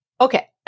okay